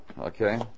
Okay